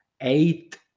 eight